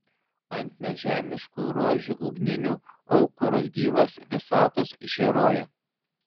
ant nežemiškų rožių ugninių aukuras gyvas visatos žėruoja